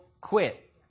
quit